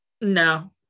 No